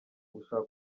gushaka